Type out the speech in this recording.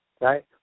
right